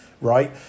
right